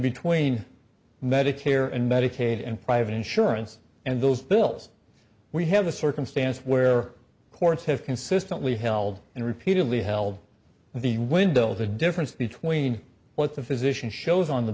between medicare and medicaid and private insurance and those bills we have a circumstance where courts have consistently held and repeatedly held the window the difference between what the physician shows on the